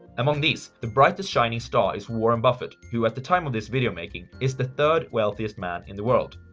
among these, the brightest shining star is warren buffett, who, at the time of this video making, is the third wealthiest man in the world.